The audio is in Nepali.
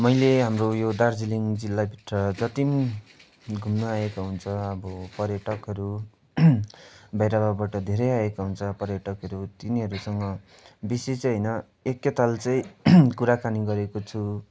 मैले हाम्रो यो दार्जिलिङ जिल्ला भित्र जति घुम्न आएको हुन्छ अब पर्यटकहरू बाहिरबाट धेरै आएको हुन्छ पर्यटकहरू तिनीहरूसँग बेसी चाहिँ होइन एक ताल चाहिँ कुराकानी गरेको छु